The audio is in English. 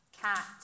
cat